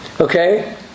Okay